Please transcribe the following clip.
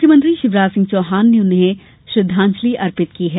मुख्यमंत्री शिवराज सिंह चौहान ने उन्हें श्रद्धांजली अर्पीत की है